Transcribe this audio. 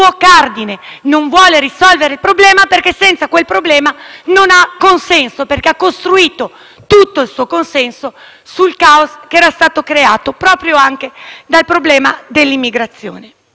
tutto il suo consenso sul caos creato proprio dal problema dell'immigrazione. È su questa esclusione che la relazione incorre in quello che io ritengo una sorta di